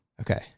Okay